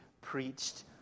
preached